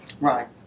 Right